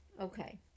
Okay